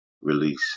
release